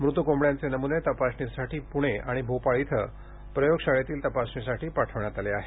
मृत कोंबड्यांचे नमूने तपासणीसाठी प्णे आणि भोपाळ इथे प्रयोगशाळेतील तपासणीसाठी पाठवण्यात आले आहे